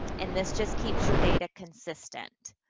and this just keeps your data consistent.